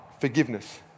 forgiveness